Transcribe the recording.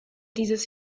dieses